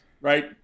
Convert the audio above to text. Right